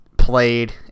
Played